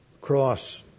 cross